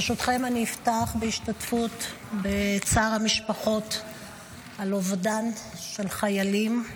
ברשותכם אפתח בהשתתפות בצער המשפחות על אובדן של חיילים,